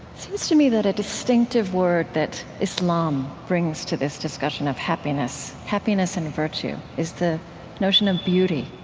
seems to me that a distinctive word that islam brings to this discussion of happiness, happiness and virtue, is the notion of beauty.